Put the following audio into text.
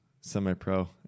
semi-pro